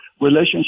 relationship